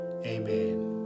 Amen